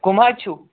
کُم حظ چھُو